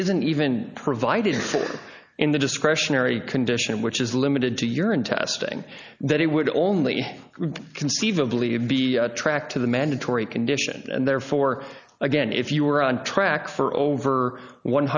isn't even provided in the discretionary condition which is limited to urine testing that it would only conceivably be tracked to the mandatory condition and therefore again if you were on track for over one